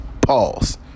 Pause